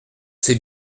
c’est